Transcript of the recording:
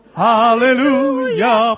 hallelujah